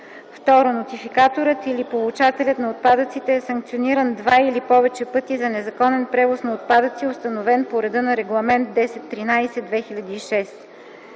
1; 2. нотификаторът или получателят на отпадъците е санкциониран два или повече пъти за незаконен превоз на отпадъци, установен по реда на Регламент 1013/2006.